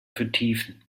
vertiefen